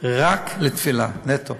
רק לתפילה נטו.